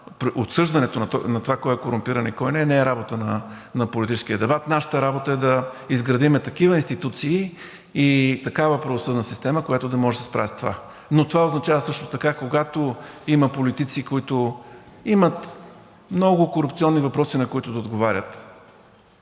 отсъждането на това кой е корумпиран и кой не, не е работа на политическия дебат. Нашата работа е да изградим такива институции и такава правосъдна система, която да може да се справя с това. Но това означава също така, когато има политици, които имат много корупционни въпроси, на които да отговарят,